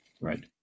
Right